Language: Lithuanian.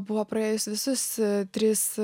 buvo praėjus visus tris